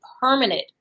permanent